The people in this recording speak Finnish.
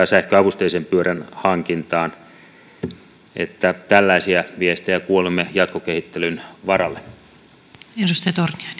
sähköavusteisen pyörän hankintaan tällaisia viestejä kuulimme jatkokehittelyn varalle arvoisa